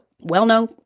well-known